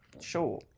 Sure